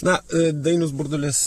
na dainius burdulis